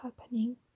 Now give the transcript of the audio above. happening